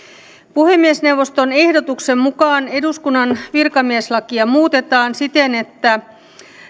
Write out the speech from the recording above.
puhemiesneuvoston ehdotuksen mukaan eduskunnan virkamieslakia muutetaan siten että